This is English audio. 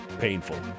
painful